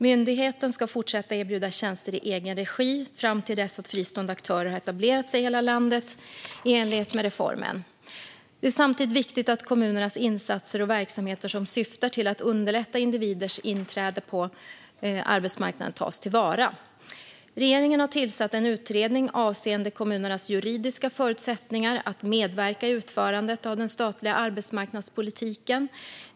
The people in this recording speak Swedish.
Myndigheten ska fortsätta erbjuda tjänster i egen regi fram till dess att fristående aktörer har etablerat sig i hela landet i enlighet med reformen. Det är samtidigt viktigt att kommunernas insatser och verksamheter som syftar till att underlätta individers inträde på arbetsmarknaden tas till vara. Regeringen har tillsatt en utredning avseende kommunernas juridiska förutsättningar att medverka i utförandet av den statliga arbetsmarknadspolitiken.